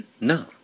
No